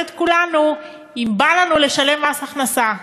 את כולנו אם בא לנו לשלם מס הכנסה.